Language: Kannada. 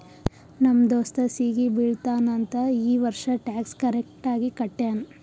ನಮ್ ದೋಸ್ತ ಸಿಗಿ ಬೀಳ್ತಾನ್ ಅಂತ್ ಈ ವರ್ಷ ಟ್ಯಾಕ್ಸ್ ಕರೆಕ್ಟ್ ಆಗಿ ಕಟ್ಯಾನ್